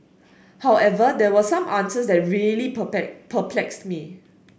however there were some answers that really perplexed me